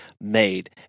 made